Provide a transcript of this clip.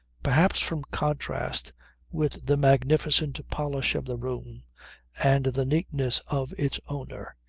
perhaps from contrast with the magnificent polish of the room and the neatness of its owner,